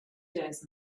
days